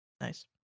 Nice